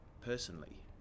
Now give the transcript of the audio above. personally